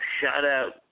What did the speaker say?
shout-out